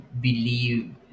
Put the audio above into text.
believe